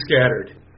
scattered